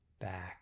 back